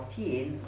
14